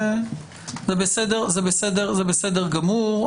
זה בסדר גמור,